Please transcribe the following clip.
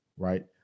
Right